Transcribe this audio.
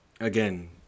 again